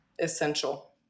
essential